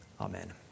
Amen